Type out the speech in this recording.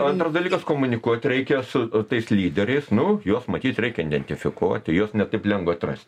antras dalykas komunikuot reikia su tais lyderiais nu juos matyt reikia identifikuoti juos ne taip lengva atrast